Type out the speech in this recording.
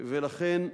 ולכן,